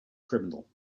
criminal